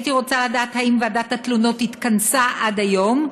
והייתי רוצה לדעת אם ועדת התלונות התכנסה עד היום,